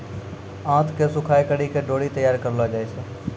आंत के सुखाय करि के डोरी तैयार करलो जाय छै